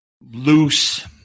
loose